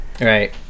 Right